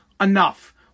Enough